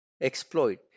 exploit